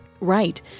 Right